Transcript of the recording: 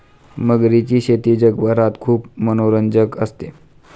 मगरीची शेती जगभरात खूप मनोरंजक असते